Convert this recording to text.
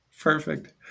Perfect